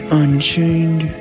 unchained